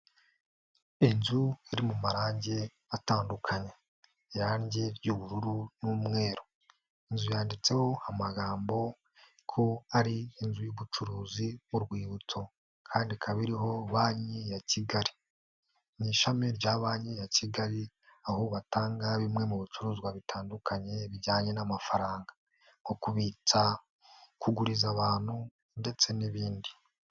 Inzu iri mu marangi atandukanye, irange ry'ubururu n'umweru, inzu yanditseho amagambo ko ari inzu y'ubucuruzi urwibutso kandi ikaba iriho banki ya Kigali ni ishami rya banki ya Kigali aho batanga bimwe mu bicuruzwa bitandukanye bijyanye n'amafaranga nko kubitsa kuguriza abantu ndetse n'ibindi.